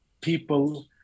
people